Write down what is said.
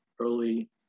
early